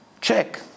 Check